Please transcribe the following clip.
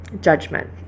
judgment